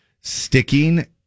Sticking